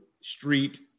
street